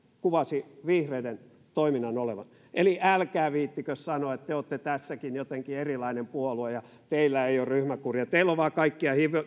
kuvasi vihreiden toiminnan olevan eli älkää viitsikö sanoa että te olette tässäkin jotenkin erilainen puolue ja teillä ei ole ryhmäkuria teillä on vain kaikkia